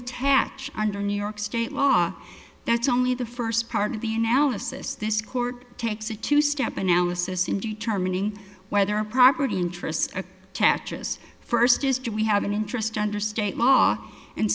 attach under new york state law that's only the first part of the analysis this court takes a two step analysis in determining whether a property interests attaches first is do we have an interest under state law and